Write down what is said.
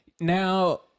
now